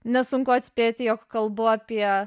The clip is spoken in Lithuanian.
nesunku atspėti jog kalbu apie